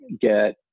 get